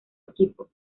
equipo